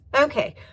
Okay